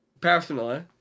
personally